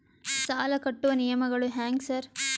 ಸಾಲ ಕಟ್ಟುವ ನಿಯಮಗಳು ಹ್ಯಾಂಗ್ ಸಾರ್?